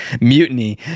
mutiny